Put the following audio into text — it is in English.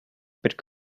but